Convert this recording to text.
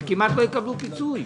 הם כמעט לא יקבלו פיצוי.